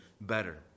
better